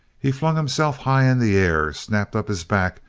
he flung himself high in the air, snapped up his back,